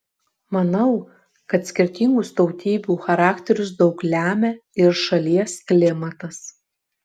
manau kad skirtingus tautybių charakterius daug lemia ir šalies klimatas